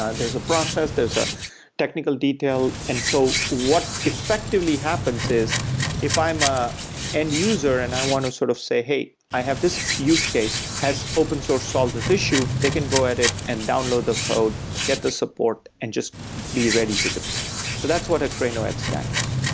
ah there's a process, there's a technical detail. and so what effectively happens is if i'm an ah end user and i want to sort of say, hey, i have this user case. has open source solved this issue? they can go at it and download the code, get the support and just be ready to deploy. so that's what akraino edge stack is.